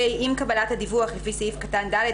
(ה)עם קבלת הדיווח לפי סעיף קטן (ד),